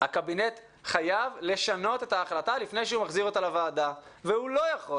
הקבינט חייב לשנות את ההחלטה לפני שהוא מחזיר אותה לוועדה והוא לא יכול